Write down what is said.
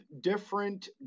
different